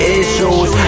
issues